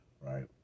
right